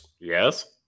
yes